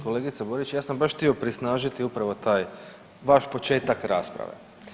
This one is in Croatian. Kolegice Borić, ja sam baš htio prisnažiti upravo taj vaš početak rasprave.